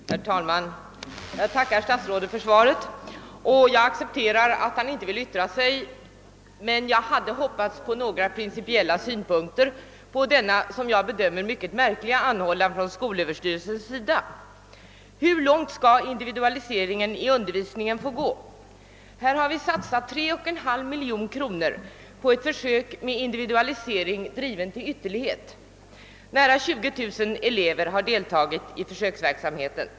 Herr talman! Jag tackar statsrådet för svaret och accepterar att han inte vill yttra sig. Jag hade emellertid hoppats på några principiella synpunkter på denna enligt min mening mycket märkliga anhållan från skolöverstyrelsens sida. Hur långt skall individualiseringen i undervisningen få gå? Här har satsats 3,5 miljoner kronor på ett försök med individualisering driven till ytterlighet. Nära 20000 elever har deltagit i försöksverksamheten.